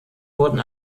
wurden